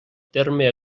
terme